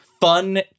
fun